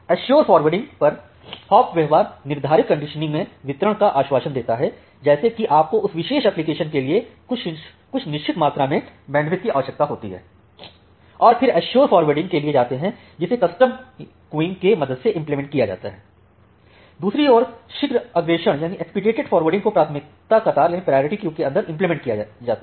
assure forwarding पर hop व्यवहार निर्धारित कंडीशन में वितरण का आश्वासन देता है जैसे कि आपको उस विशेष एप्लिकेशन के लिए कुछ निश्चित मात्रा में बैंडविड्थ की आवश्यकता होती है फिर आप अस्श्योर फॉरवार्डिंग के लिए जाते हैं जिसे कस्टम कतार की मदद से इम्प्लेमेंट किया जा सकता है दूसरी ओर शीघ्र अग्रेषण को प्राथमिकता कतार के अंदर इम्प्लेमेंट किया जाता है